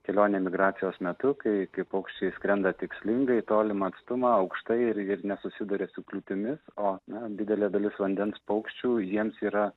kelionė migracijos metu kai kai paukščiai skrenda tikslingai tolimą atstumą aukštai ir ir nesusiduria su kliūtimis o na didelė dalis vandens paukščių jiems yra